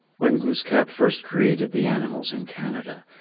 hen glooskap first created the animals in canada,